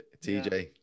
TJ